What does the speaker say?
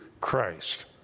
Christ